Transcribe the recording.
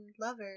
lover